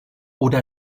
oder